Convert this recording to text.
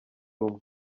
rumwe